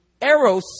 eros